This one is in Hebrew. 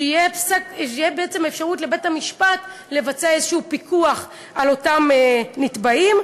שתהיה אפשרות לבית-המשפט לבצע פיקוח על אותם נתבעים,